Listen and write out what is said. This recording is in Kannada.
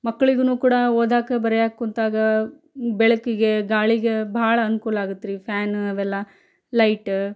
ಮಕ್ಕಳಿಗೂನು ಕೂಡ ಓದೋಕೆ ಬರೆಯೋಕೆ ಕೂತಾಗ ಬೆಳಕಿಗೆ ಗಾಳಿಗೆ ಬಹಳ ಅನ್ಕೂಲ ಆಗುತ್ರಿ ಫ್ಯಾನ್ ಅವೆಲ್ಲ ಲೈಟ್